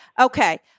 Okay